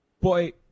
boy